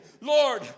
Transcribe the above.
Lord